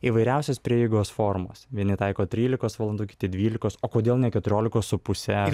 įvairiausios prieigos formos vieni taiko trylikos valandų kiti dvylikos o kodėl ne keturiolikos su puse